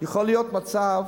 יכול להיות מצב